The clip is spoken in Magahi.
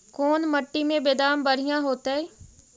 कोन मट्टी में बेदाम बढ़िया होतै?